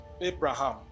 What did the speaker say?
Abraham